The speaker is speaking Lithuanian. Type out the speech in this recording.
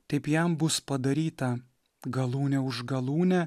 taip jam bus padaryta galūnė už galūnę